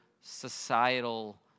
societal